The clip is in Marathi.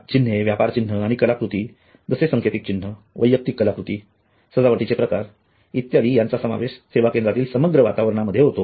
चिन्हे व्यापारचिन्ह आणि कलाकृती जसे संकेतिक चिन्ह वैयक्तिक कलाकृती सजावटीचे प्रकार इत्यादी यांचा समावेश सेवा केंद्रातील समग्र वातावरणा मध्ये होतो